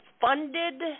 funded